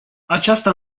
aceasta